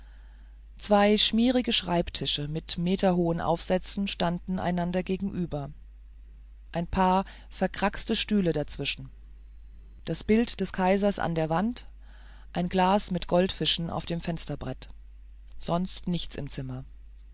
zwei schmierige schreibtische mit meterhohen aufsätzen standen einander gegenüber ein paar verkraxte stühle dazwischen das bild des kaisers an der wand ein glas mit goldfischen auf dem fensterbrett sonst nichts im zimmer